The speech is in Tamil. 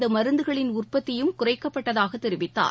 இந்த மருந்துகளின் உற்பத்தியும் குறைக்கப்பட்டதாக தெரிவித்தார்